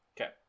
Okay